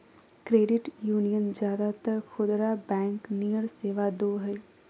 credit union ज्यादातर खुदरा bank नियर सेवा दो हइ